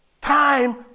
time